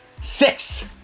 Six